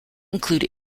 include